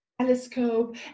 telescope